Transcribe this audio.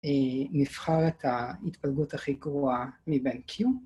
נבחר את ההתפלגות הכי גרועה מבין Q